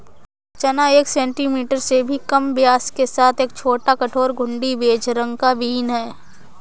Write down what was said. चना एक सेंटीमीटर से भी कम व्यास के साथ एक छोटा, कठोर, घुंडी, बेज रंग का बीन है